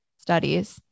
studies